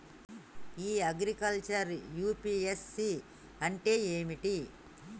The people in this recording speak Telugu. ఇ అగ్రికల్చర్ యూ.పి.ఎస్.సి అంటే ఏమిటి?